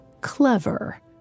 Clever